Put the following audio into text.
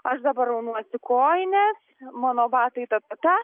aš dabar aunuosi kojines mano batai ta ta ta